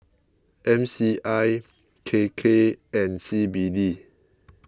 M C I K K and C B D